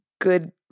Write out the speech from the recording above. good